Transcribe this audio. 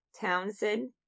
Townsend